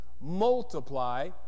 multiply